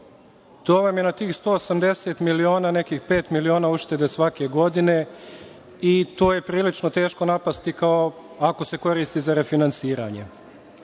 To vam je na tih 180 miliona nekih pet miliona uštede svake godine. To je prilično teško napasti ako se koristi za refinansiranje.